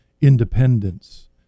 independence